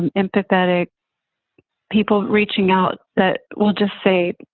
and empathetic people reaching out that will just say, oh,